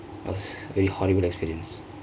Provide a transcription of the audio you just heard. was very horrible experience